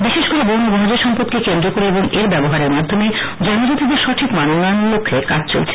বিশেষ করে বন ও বনজ সম্পদকে কেন্দ্র করে এবং এর ব্যবহারের মাধ্যমে জনজাতিদের সঠিক মানোন্নয়নের লক্ষ্যে কাজ চলছে